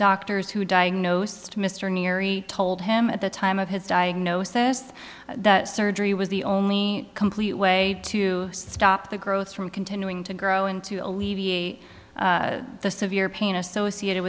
doctors who diagnosed mr neary told him at the time of his diagnosis that the surgery was the only complete way to stop the growth from continuing to grow and to alleviate the severe pain associated